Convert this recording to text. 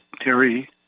Terry